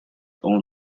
own